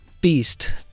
beast